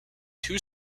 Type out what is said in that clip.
two